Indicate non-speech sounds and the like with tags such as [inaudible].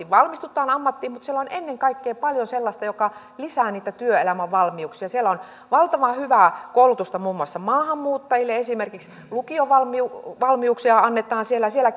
[unintelligible] valmistutaan ammattiin mutta siellä on ennen kaikkea paljon sellaista mikä lisää niitä työelämän valmiuksia siellä on valtavan hyvää koulutusta muun muassa maahanmuuttajille esimerkiksi lukiovalmiuksia annetaan siellä siellä [unintelligible]